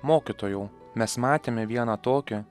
mokytojau mes matėme vieną tokį